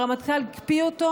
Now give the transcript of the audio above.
והרמטכ"ל הקפיא אותו.